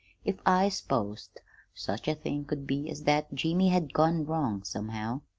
if i s'posed such a thing could be as that jimmy had gone wrong, somehow.